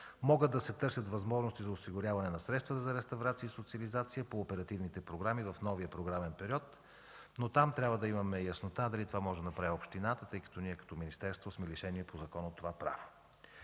Могат да се търсят възможности за осигуряване на средства за реставрация и социализация по оперативните програми в новия програмен период, но там трябва да имаме яснота дали това може да направи общината, тъй като ние като министерство сме лишени по закон от това право.